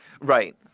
Right